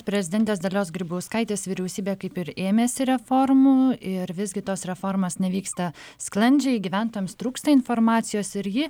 prezidentės dalios grybauskaitės vyriausybė kaip ir ėmėsi reformų ir visgi tos reformos nevyksta sklandžiai gyventojams trūksta informacijos ir ji